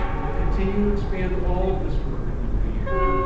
we'll continue to expand all of this work in the new year.